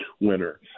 winner